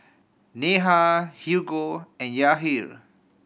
Neha Hugo and Yahir